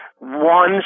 one